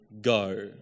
go